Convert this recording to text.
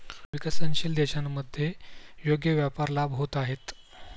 विकसनशील देशांमध्ये योग्य व्यापार लाभ होत आहेत